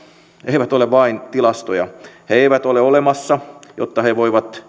eivät ole vain tilastoja he eivät ole olemassa jotta he voivat